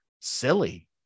silly